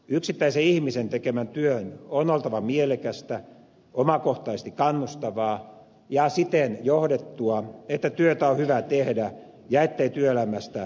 yksittäisen ihmisen tekemän työn on oltava mielekästä omakohtaisesti kannustavaa ja siten johdettua että työtä on hyvä tehdä ja ettei työelämästä tarvitse paeta